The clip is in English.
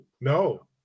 no